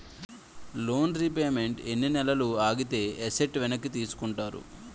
Loan repayment ఎన్ని నెలలు ఆగితే ఎసట్ వెనక్కి తీసుకుంటారు?